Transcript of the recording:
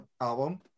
album